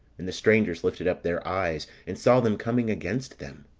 and the strangers lifted up their eyes, and saw them coming against them.